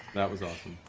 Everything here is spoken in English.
that was awesome.